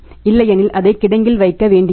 இல்லையெனில் அதை கிடங்கில் வைக்க வேண்டியிருக்கும்